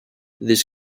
this